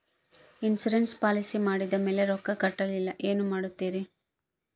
Insurance policy ಮಾಡಿದ ಮೇಲೆ ರೊಕ್ಕ ಕಟ್ಟಲಿಲ್ಲ ಏನು ಮಾಡುತ್ತೇರಿ?